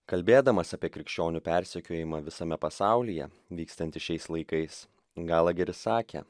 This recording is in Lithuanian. kalbėdamas apie krikščionių persekiojimą visame pasaulyje vykstantį šiais laikais galaheris sakė